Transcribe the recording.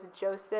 Joseph